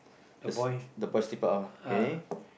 there's the part oh okay